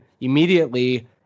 immediately